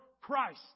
Christ